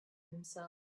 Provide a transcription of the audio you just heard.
himself